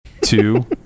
two